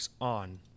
On